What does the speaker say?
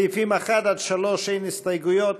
לסעיפים 1 3 אין הסתייגויות.